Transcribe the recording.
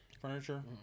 Furniture